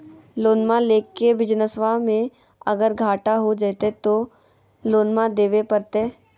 लोनमा लेके बिजनसबा मे अगर घाटा हो जयते तो लोनमा देवे परते?